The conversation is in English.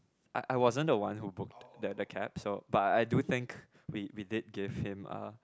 I I wasn't the one who booked the the cab so but I do think we we did give him a